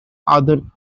other